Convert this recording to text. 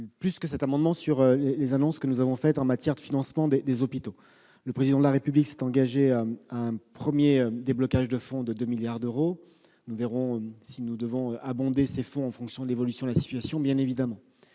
veux m'expliquer sur les annonces que nous avons faites en matière de financement des hôpitaux. Le Président de la République s'est engagé sur un premier déblocage de fonds de 2 milliards d'euros. Nous verrons si nous devons abonder ces fonds en fonction de l'évolution de la situation, bien évidemment.